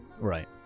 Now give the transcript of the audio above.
Right